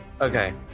Okay